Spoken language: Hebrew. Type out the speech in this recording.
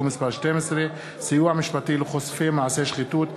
מס' 12) (סיוע משפטי לחושפי מעשי שחיתות,